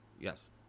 yes